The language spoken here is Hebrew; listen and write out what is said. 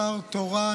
השר התורן,